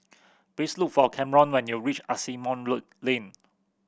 please look for Camron when you reach Asimont Lane